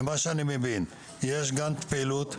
ממה שאני מבין יש פעילות,